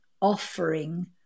offering